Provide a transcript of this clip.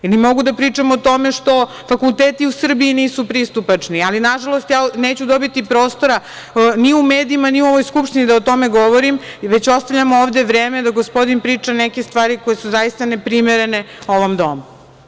Ili, mogu da pričam o tome što fakulteti u Srbiji nisu pristupačni, ali nažalost neću dobiti prostora, ni u medijima, ni u ovoj Skupštini da o tome govorim, već ostavljam ovde vreme da gospodin priča neke stvari koje su zaista neprimerene ovom domu.